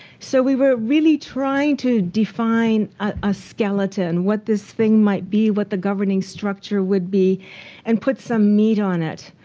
so we were really trying to define a skeleton what this thing might be, what the governing structure would be and put some meat on it.